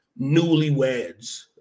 newlyweds